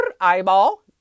eyeball